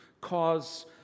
cause